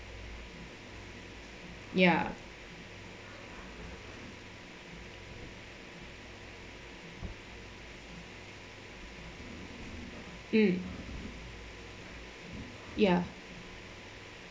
ya mm ya